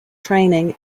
training